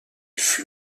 fut